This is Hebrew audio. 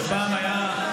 שפעם היה,